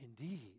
Indeed